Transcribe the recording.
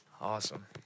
Awesome